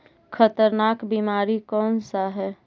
खतरनाक बीमारी कौन सा है?